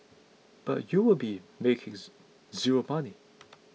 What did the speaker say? but you'll be makings zero money